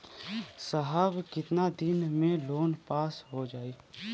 साहब कितना दिन में लोन पास हो जाई?